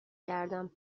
گردم